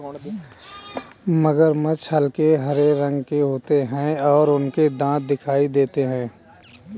मगरमच्छ हल्के हरे रंग के होते हैं और उनके दांत दिखाई देते हैं